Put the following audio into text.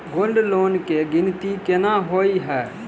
Gold loan केँ गिनती केना होइ हय?